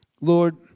Lord